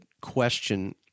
question